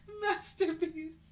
masterpiece